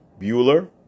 Bueller